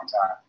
time